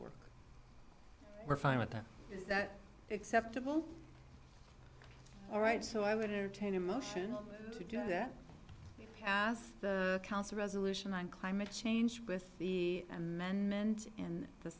work we're fine with that is that acceptable all right so i would entertain a motion that pass the council resolution on climate change with the amendments in the